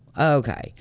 okay